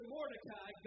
Mordecai